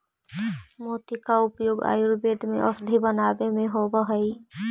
मोती का उपयोग आयुर्वेद में औषधि बनावे में होवअ हई